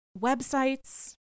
websites